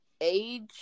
age